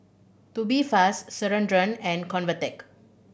Tubifast Ceradan and Convatec